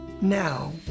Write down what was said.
Now